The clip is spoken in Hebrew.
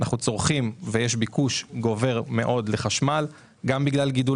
יש ביקוש גובר מאוד לחשמל בגלל גידול